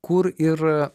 kur ir